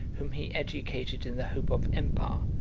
whom he educated in the hope of empire,